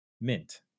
mint